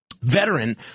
veteran